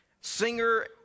singer